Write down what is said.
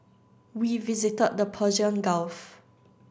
we visited the Persian Gulf